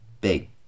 big